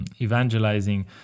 evangelizing